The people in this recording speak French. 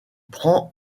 prend